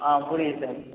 ஆ புரியுது சார்